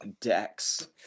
decks